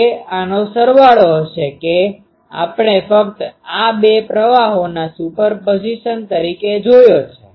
તે આનો સરવાળો હશે કે આપણે ફક્ત આ બે પ્રવાહોના સુપરપોઝિશન તરીકે જોયો છે